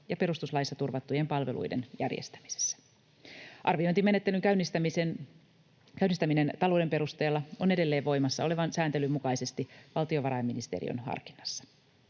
ja perustuslaissa turvattujen palveluiden järjestämisessä. Arviointimenettelyn käynnistäminen talouden perusteella on edelleen voimassa olevan sääntelyn mukaisesti valtiovarainministeriön harkinnassa.